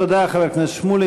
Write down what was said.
תודה, חבר הכנסת שמולי.